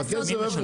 איפה הכסף?